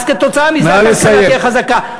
אז כתוצאה מזה הכלכלה תהיה חזקה.